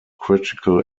critical